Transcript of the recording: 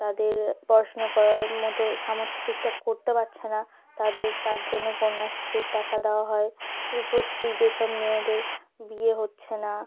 তাদের পড়াশুনো করার মতো সামর্থ্য ঠিকঠাক করতে পাচ্ছে না তাদের তার জন্য কন্যাশ্রীর টাকা দেওয়া হয় রূপশ্রী যেসব মেয়েদের বিয়ে হচ্ছে না